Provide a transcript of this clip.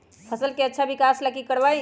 फसल के अच्छा विकास ला की करवाई?